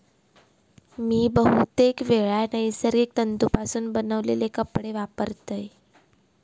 मी बहुतेकवेळा नैसर्गिक तंतुपासून बनवलेले कपडे वापरतय